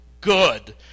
good